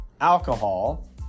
alcohol